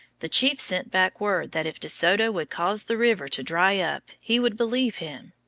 the chief sent back word that if de soto would cause the river to dry up he would believe him.